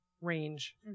range